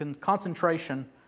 concentration